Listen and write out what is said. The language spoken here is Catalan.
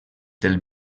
del